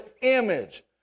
image